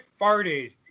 farted